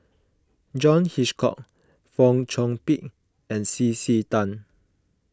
John Hitchcock Fong Chong Pik and C C Tan